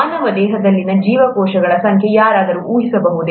ಮಾನವ ದೇಹದಲ್ಲಿನ ಜೀವಕೋಶಗಳ ಸಂಖ್ಯೆಯನ್ನು ಯಾರಾದರೂ ಊಹಿಸಬಹುದೇ